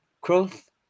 growth